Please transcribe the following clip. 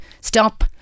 Stop